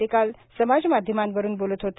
ते काल समाज माध्यमांवरून बोलत होते